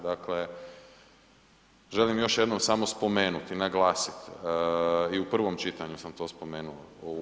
Dakle, želim još jednom samo spomenuti i naglasiti i u prvom čitanju sam to spomenuo.